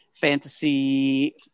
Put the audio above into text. Fantasy